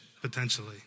potentially